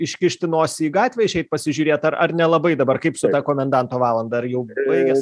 iškišti nosį į gatvę išeit pasižiūrėt ar ar nelabai dabar kaip su ta komendanto valanda ar jau baigės